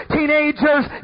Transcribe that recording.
Teenagers